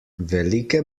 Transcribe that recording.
velike